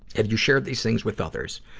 have you shared these things with others?